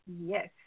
Yes